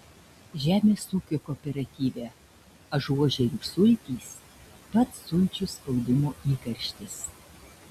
žemės ūkio kooperatyve ažuožerių sultys pats sulčių spaudimo įkarštis